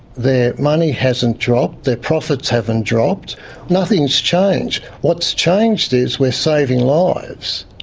their money hasn't dropped, their profits haven't dropped nothing's changed. what's changed is we're saving lives.